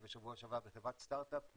בשבוע שעבר בחברת סטרטאפ מסחרית,